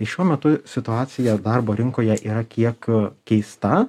tai šiuo metu situacija darbo rinkoje yra kiek keista